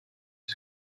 are